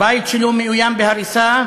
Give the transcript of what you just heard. הבית שלו מאוים בהריסה,